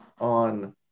on